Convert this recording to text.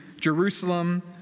Jerusalem